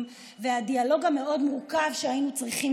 שהונחו בפנינו והדיאלוג המאוד-מורכב שהיינו צריכים